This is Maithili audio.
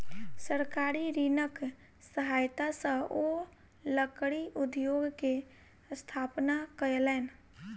सरकारी ऋणक सहायता सॅ ओ लकड़ी उद्योग के स्थापना कयलैन